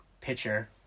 pitcher